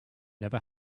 never